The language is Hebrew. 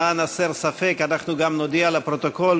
למען הסר ספק אנחנו גם נודיע לפרוטוקול,